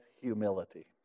humility